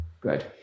Good